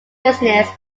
business